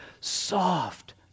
soft